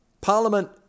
Parliament